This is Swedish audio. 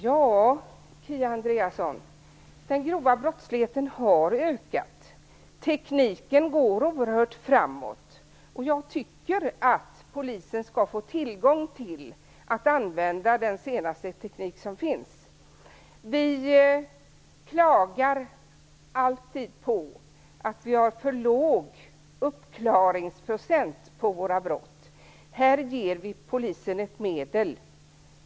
Herr talman! Den grova brottsligheten har ökat, Kia Andreasson. Tekniken går oerhört snabbt framåt. Jag tycker att polisen skall få tillgång till den senaste tekniken. Vi klagar alltid på att vi har för låg uppklaringsprocent avseende brott. Här ger vi polisen ett medel.